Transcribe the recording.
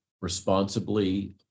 responsibly